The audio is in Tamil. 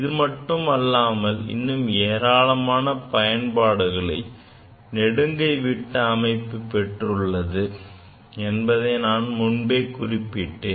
இது மட்டும் அல்லாமல் இன்னும் ஏராளமான பயன்களை நெடுங்கை விட்ட அமைப்பு பெற்றுள்ளது என்பதை நான் முன்பே குறிப்பிட்டேன்